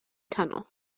tunnel